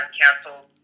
canceled